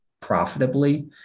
profitably